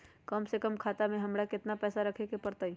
कम से कम खाता में हमरा कितना पैसा रखे के परतई?